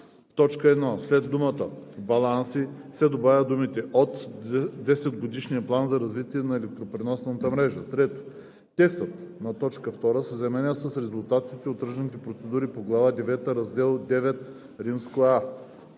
В т. 1 след думата „баланси“ се добавят думите „от 10-годишния план за развитие на електропреносната мрежа“; 3. Текстът на т. 2 се заменя с „резултатите от тръжните процедури по глава девета, раздел IXA“.